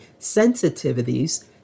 sensitivities